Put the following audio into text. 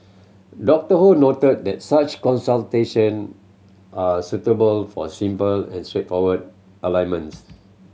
Doctor Ho noted that such consultation are suitable for simple and straightforward ailments